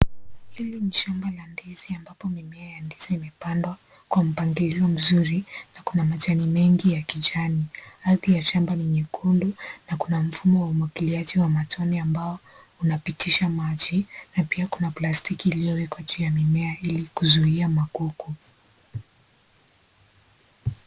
Hili ni shamba la ndizi, ambapo mimea ya ndizi imepandwa kwa mpangilio mzuri na kuna majani mengi ya kijani. Ardhi ya shamba ni nyekundu, na kuna mfumo wa umwagiliaji wa matone ya ambao unapitisha maji na pia kuna plastiki iliyowekwa juu ya mimea ili kuzuia magugu.